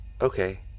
Okay